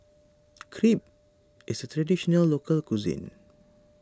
Crepe is a Traditional Local Cuisine